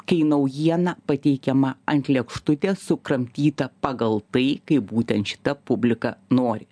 kai naujiena pateikiama ant lėkštutės sukramtyta pagal tai kai būtent šita publika nori